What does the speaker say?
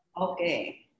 Okay